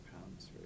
pounds